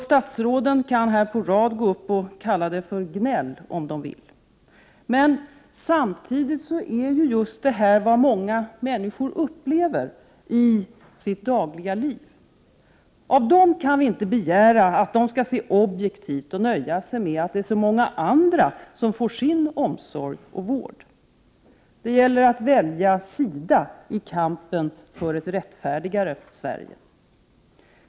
Statsråden kan här gå upp på rad och kalla den för gnäll om de vill. Men samtidigt är just detta vad många människor upplever i sitt dagliga liv. Av dem kan vi inte begära att de skall se objektivt och nöja sig med att det är så många andra som får sin omsorg och vård. Det gäller att välja sida i kampen för ett rättfärdigare Sverige.